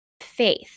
faith